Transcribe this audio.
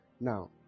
now